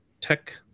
tech